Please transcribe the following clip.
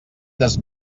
des